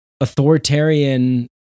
authoritarian